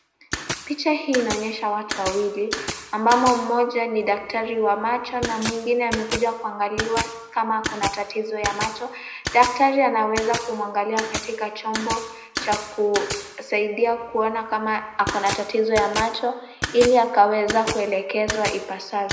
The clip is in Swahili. Picha hii inaonyesha watu wawili, ambamo moja ni daktari wa macho na mwingine amekuja kuangaliwa kama ako na tatizo ya macho .Daktari anaweza kumuangalia katika chombo cha kusaidia kuona kama ako na tatizo ya macho ili akaweza kuelekeza ipazavyo.